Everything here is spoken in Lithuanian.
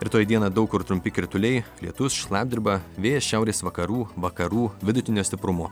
rytoj dieną daug kur trumpi krituliai lietus šlapdriba vėjas šiaurės vakarų vakarų vidutinio stiprumo